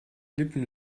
lippen